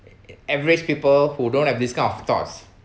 average people who don't have these kind of thoughts